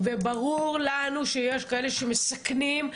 וברור לנו שיש כאלה שמסכנים,